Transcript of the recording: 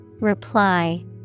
Reply